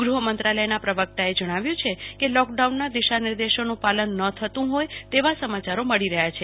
ગૃહમંત્રાલયના પ્રવકતાએ જણાવ્યું છે કે લોકડાઉનના દિશા નિર્દેશોન પાલન ન થતું હોય તેવા સમાચારો મળી રહયા છે